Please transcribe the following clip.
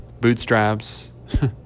bootstraps